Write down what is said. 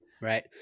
Right